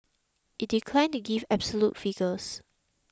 it declined to give absolute figures